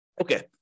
Okay